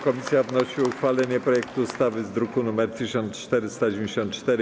Komisja wnosi o uchwalenie projektu ustawy z druku nr 1494.